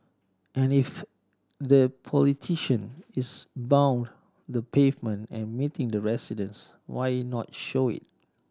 and if the politician is pound the pavement and meeting the residents why not show it